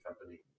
company